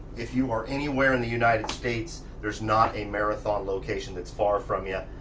if you are anywhere in the united states, there's not a marathon location that's far from you.